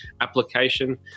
application